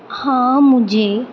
ہاں مجھے